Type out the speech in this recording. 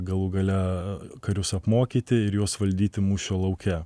galų gale karius apmokyti ir juos valdyti mūšio lauke